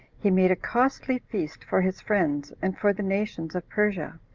he made a costly feast for his friends, and for the nations of persia,